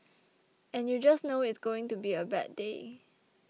and you just know it's going to be a bad day